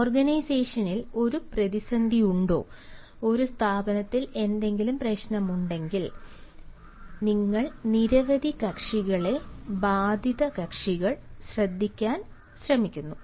ഓർഗനൈസേഷനിൽ ഒരു പ്രതിസന്ധിയുണ്ടോ ഒരു സ്ഥാപനത്തിൽ എന്തെങ്കിലും പ്രശ്നമുണ്ടെങ്കിൽ ഞങ്ങൾ നിരവധി കക്ഷികളെ ബാധിത കക്ഷികൾ ശ്രദ്ധിക്കാൻ ശ്രമിക്കുന്നു